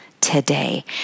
today